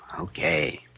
Okay